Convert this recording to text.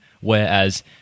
whereas